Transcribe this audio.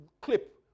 clip